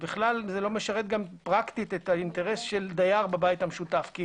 ולא משרת פרקטית את האינטרס של דייר בבית המשותף כי